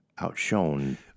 Outshone